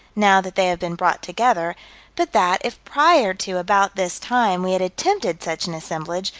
now that they have been brought together but that, if prior to about this time we had attempted such an assemblage,